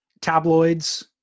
tabloids